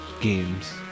games